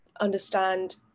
understand